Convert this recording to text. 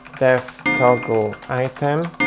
def toggle item,